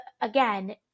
again